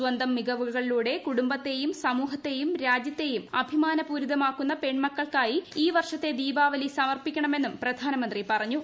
സ്വന്തം മികവുകളിലൂടെ കൂടുംബത്തെയും സമൂഹ ത്തെയും രാജ്യ ത്തെയും അഭിമാനപൂരിതമാക്കുന്ന പെൺമക്കൾക്കായി ഈ വർഷത്തെ ദീപാവലി സമർപ്പിക്കണമെന്നും പ്രധാനമന്ത്രി പറഞ്ഞു